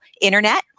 internet